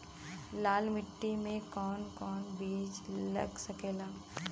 लाल मिट्टी में कौन कौन बीज लग सकेला?